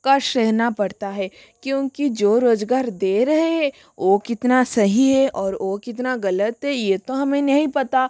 का सहना पड़ता है क्योंकि जो रोजगार दे रहे है वो कितना सही है और वो कितना गलत है ये तो हमें नहीं पता